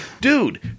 dude